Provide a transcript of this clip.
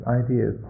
ideas